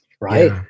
right